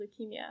leukemia